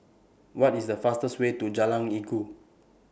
What IS The fastest Way to Jalan Inggu